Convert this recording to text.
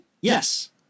Yes